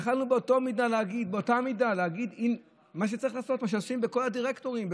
ויכולנו באותה מידה להגיד שצריך לעשות מה שעושים עם כל הדירקטורים,